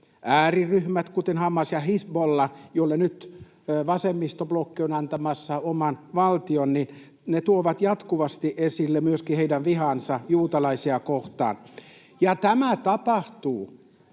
Ääriryhmät, kuten Hamas ja Hizbollah, joille nyt vasemmistoblokki on antamassa oman valtion, tuovat jatkuvasti esille myöskin heidän vihansa juutalaisia kohtaan. [Kimmo